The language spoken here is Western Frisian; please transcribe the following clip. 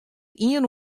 iene